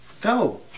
Go